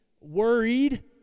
Worried